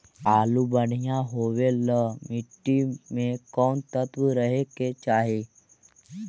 आलु बढ़िया होबे ल मट्टी में कोन तत्त्व रहे के चाही?